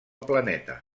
planeta